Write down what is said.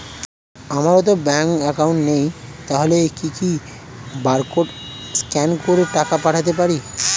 আমারতো bank account নেই তাহলে কি কি বারকোড স্ক্যান করে টাকা পাঠাতে পারি?